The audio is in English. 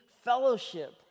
fellowship